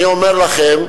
אני אומר לכם,